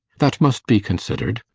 that must be considered.